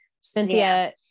Cynthia